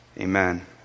amen